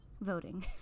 voting